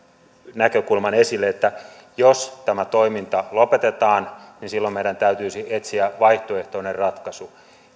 näkökulman esille että jos tämä toiminta lopetetaan niin silloin meidän täytyisi etsiä vaihtoehtoinen ratkaisu